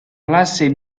classe